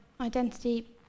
identity